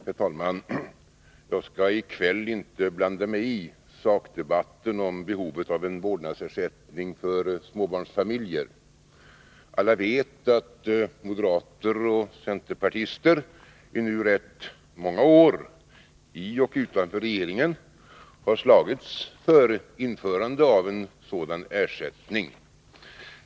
Herr talman! Jag skall i kväll inte blanda mig i sakdebatten om behovet av en vårdnadsersättning för småbarnsfamiljer. Alla vet att moderater och centerpartister i nu rätt många år — i och utanför regeringen — har slagits för införande av en sådan ersättning.